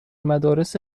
مدارس